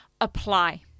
apply